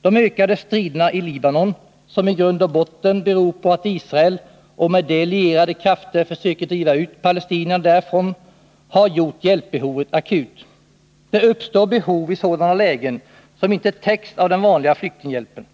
De ökade striderna i Libanon, som i grund och botten beror på att Israel och med Israel lierade krafter försöker driva ut palestinierna ur Libanon, har gjort hjälpbehovet akut. Det uppstår i sådana lägen behov som inte täcks av den vanliga flyktinghjälpen.